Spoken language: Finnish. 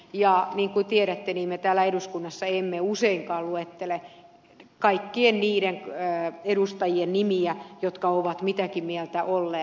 niin kuin tiedätte me täällä eduskunnassa emme useinkaan luettele kaikkien niiden edustajien nimiä jotka ovat mitäkin mieltä olleet